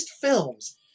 films